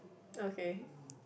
okay